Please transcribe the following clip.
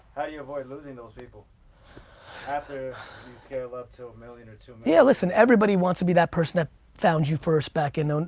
you you avoid losing those people after you scale up to a million or two million? yeah, listen, everybody wants to be that person that found you first back in, and